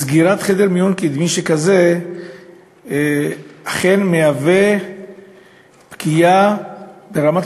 סגירת חדר מיון קדמי שכזה אכן מהווה פגיעה ברמת